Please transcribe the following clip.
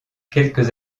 quelques